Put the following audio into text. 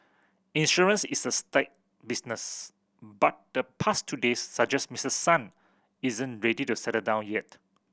insurance is a staid business but the past two days suggest Mister Son isn't ready to settle down yet